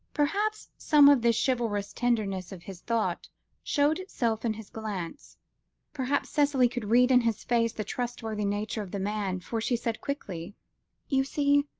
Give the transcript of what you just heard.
perhaps some of the chivalrous tenderness of his thought showed itself in his glance perhaps cicely could read in his face the trustworthy nature of the man, for she said quickly you see,